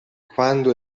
quando